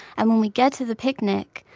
and when we get to the picnic,